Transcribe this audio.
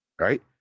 right